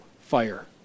fire